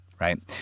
right